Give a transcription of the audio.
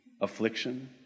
affliction